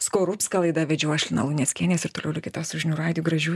skorupską laidą vedžiau aš lina luneckienė ir toliau likite su žinių radiju gražių